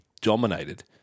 dominated